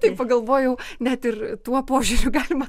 tai pagalvojau net ir tuo požiūriu galima